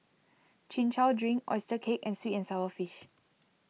Chin Chow Drink Oyster Cake and Sweet and Sour Fish